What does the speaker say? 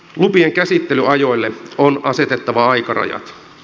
lupien käsittelyajoille on asetettava aikarajat